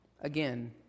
again